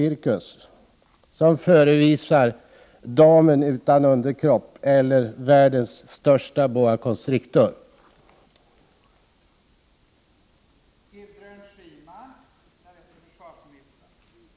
1988/89:42 cirkus som förevisar damen utan underkropp eller världens största boa 9 december 1988